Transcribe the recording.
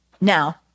Now